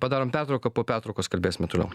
padarom pertrauką po pertraukos kalbėsime toliau